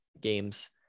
games